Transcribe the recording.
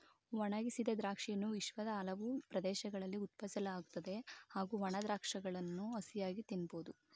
ಒಣಗಿಸಿದ ದ್ರಾಕ್ಷಿಯನ್ನು ವಿಶ್ವದ ಹಲವು ಪ್ರದೇಶಗಳಲ್ಲಿ ಉತ್ಪಾದಿಸಲಾಗುತ್ತದೆ ಹಾಗೂ ಒಣ ದ್ರಾಕ್ಷಗಳನ್ನು ಹಸಿಯಾಗಿ ತಿನ್ಬೋದು